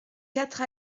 quatre